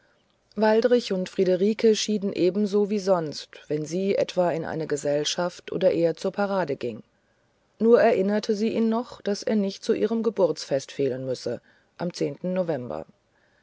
waldrich und friederike schienen ebenso wie sonst wenn sie etwa in eine gesellschaft oder er zur parade ging nur erinnerte sie ihn noch daß er nicht zu ihrem geburtsfeste fehlen müsse am zehnten november